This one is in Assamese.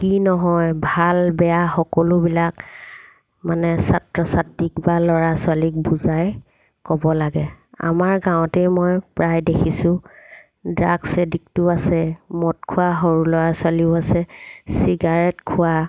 কি নহয় ভাল বেয়া সকলোবিলাক মানে ছাত্ৰ ছাত্ৰীক বা ল'ৰা ছোৱালীক বুজাই ক'ব লাগে আমাৰ গাঁৱতেই মই প্ৰায় দেখিছোঁ ড্ৰাগছ এডিক্টো আছে মদ খোৱা সৰু ল'ৰা ছোৱালীও আছে ছিগাৰেত খোৱা